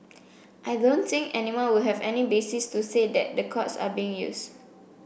I don't think anyone would have any basis to say that the courts are being used